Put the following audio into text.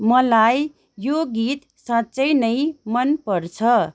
मलाई यो गीत साँच्चै नै मन पर्छ